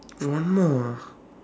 one more ah